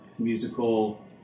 musical